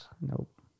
Nope